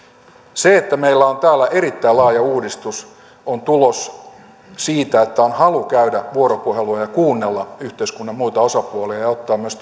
se että meillä on täällä erittäin laaja uudistus on tulos siitä että on halu käydä vuoropuhelua ja kuunnella yhteiskunnan muita osapuolia ja ottaa myös